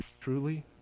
truly